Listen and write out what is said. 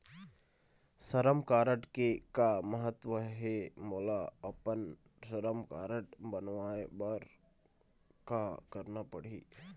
श्रम कारड के का महत्व हे, मोला अपन श्रम कारड बनवाए बार का करना पढ़ही?